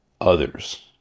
others